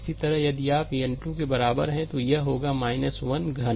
इसी तरह यदि आप n 2 के बराबर हैं तो यह होगा 1 घन